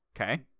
okay